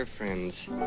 Friends